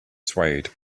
swayed